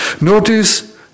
Notice